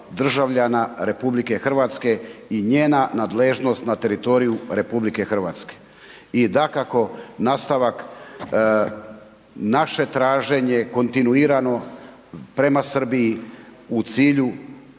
državljana RH i njena nadležnost na teritoriju RH. I dakako nastavak naše traženje, kontinuirano prema Srbiji u cilju